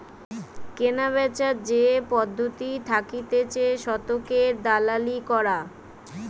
কেনাবেচার যে পদ্ধতি থাকতিছে শতকের দালালি করা